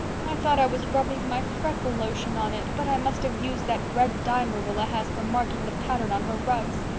i thought i was rubbing my freckle lotion on it, but i must have used that red dye marilla has for marking the pattern on her rugs,